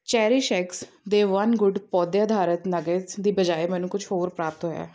cherish X ਦੇ one good ਪੌਦੇ ਅਧਾਰਤ ਨਗੇਟਸ ਦੀ ਬਜਾਏ ਮੈਨੂੰ ਕੁਛ ਹੋਰ ਪ੍ਰਾਪਤ ਹੋਇਆ